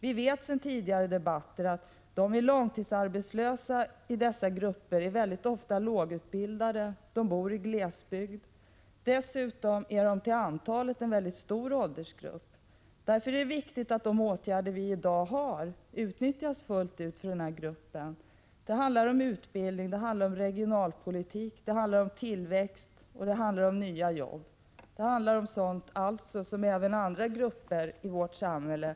Vi vet sedan tidigare debatter att det är fråga om långtidsarbetslösa, ofta lågutbildade och boende i glesbygd. Dessutom är detta en mycket stor åldersgrupp. Det är därför viktigt att de åtgärder som i dag kan vidtas utnyttjas fullt ut för denna grupp. Det handlar om utbildning, regionalpolitik, tillväxt och nya jobb, dvs. sådant som gäller även andra grupper i vårt samhälle.